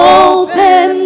open